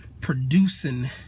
producing